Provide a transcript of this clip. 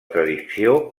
tradició